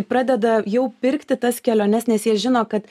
pradeda jau pirkti tas keliones nes jie žino kad